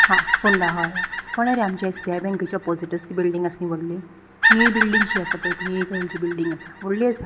हा फोंडा हय फोणे रे आमच्या एस बी आय बँकेच्या अपोजिटूच ती बिल्डींग आस न्ही व्हडली निळी बिल्डींगशी आसा पळय ती निळी कलरची बिल्डींग आसा व्हडली आसा